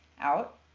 out